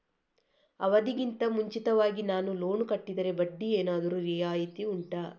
ಅವಧಿ ಗಿಂತ ಮುಂಚಿತವಾಗಿ ನಾನು ಲೋನ್ ಕಟ್ಟಿದರೆ ಬಡ್ಡಿ ಏನಾದರೂ ರಿಯಾಯಿತಿ ಉಂಟಾ